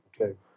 Okay